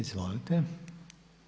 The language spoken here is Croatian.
Izvolite.